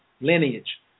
lineage